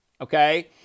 Okay